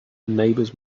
neighbors